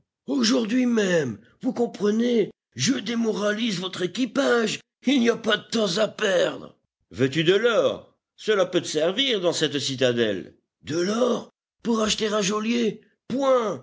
aujourd'hui même vous comprenez je démoralise votre équipage il n'y a pas de temps à perdre veux-tu de l'or cela peut te servir dans cette citadelle e l or pour acheter un geôlier point